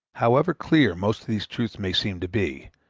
however clear most of these truths may seem to be,